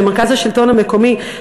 למרכז השלטון המקומי,